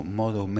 modo